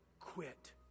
quit